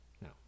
No